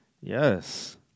yes